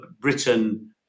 Britain